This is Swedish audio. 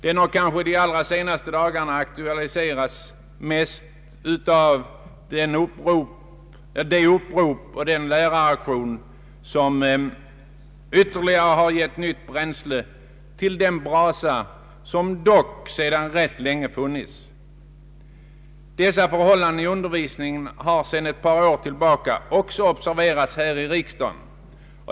Den har kanske de senaste dagarna aktualiserats mest av de olika upprop och läraraktioner som ytterligare givit nytt bränsle till den brasa som dock sedan rätt länge har funnits. Dessa förhållanden beträffande undervisningen har sedan ett par år tillbaka observerats även här i riksdagen.